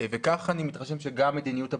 וכך אני מתרשם שגם מדיניות הבדיקות.